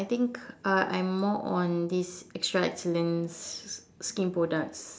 I think uh I'm more on this extra excellence skin products